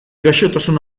gaixotasun